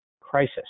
crisis